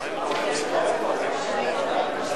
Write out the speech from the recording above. הצעת חוק הודעה לעובד (תנאי עבודה) (תיקון,